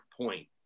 point